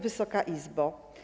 Wysoka Izbo!